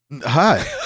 hi